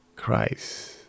Christ